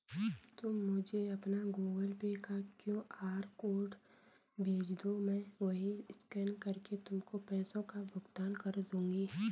तुम मुझे अपना गूगल पे का क्यू.आर कोड भेजदो, मैं वहीं स्कैन करके तुमको पैसों का भुगतान कर दूंगी